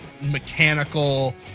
mechanical